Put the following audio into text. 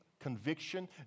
conviction